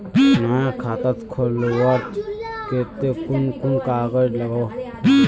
नया खाता खोलवार केते कुन कुन कागज लागोहो होबे?